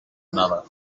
another